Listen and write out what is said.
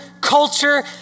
culture